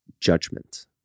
judgment